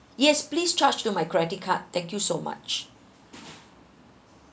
yes please charged to my credit card thank you so much